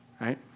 right